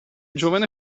giovane